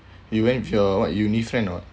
you went with your what uni friend or what